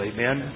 Amen